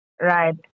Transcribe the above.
Right